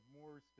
more